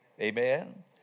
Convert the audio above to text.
Amen